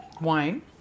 Wine